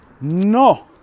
no